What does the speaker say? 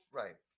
right